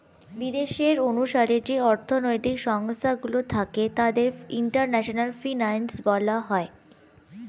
বিদেশের অনুসারে যে অর্থনৈতিক সংস্থা গুলো থাকে তাদের ইন্টারন্যাশনাল ফিনান্স বলা হয়